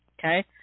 okay